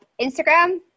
Instagram